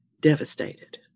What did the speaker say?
devastated